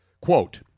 Quote